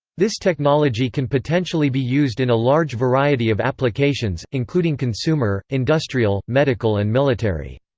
this technology can potentially be used in a large variety of applications, including consumer, industrial, medical and military.